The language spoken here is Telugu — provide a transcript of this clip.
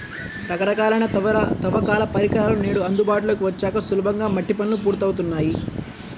రకరకాలైన తవ్వకాల పరికరాలు నేడు అందుబాటులోకి వచ్చాక సులభంగా మట్టి పనులు పూర్తవుతున్నాయి